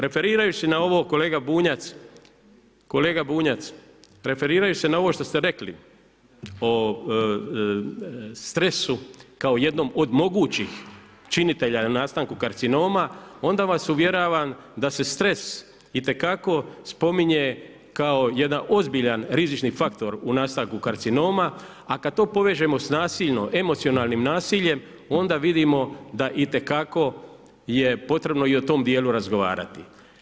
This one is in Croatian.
Referirajući se na ovo, kolega Bunjac, referirajući se na ovo što ste rekli o stresu kao jednom od mogućih činitelja u nastanku karcinoma, onda vas uvjeravam da se stres itekako spominje kao jedan ozbiljan rizični faktor u nastanku karcinoma, a kad to povežemo s emocionalnim nasiljem, onda vidimo da itekako je potrebno i o tom dijelu razgovarati.